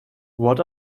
what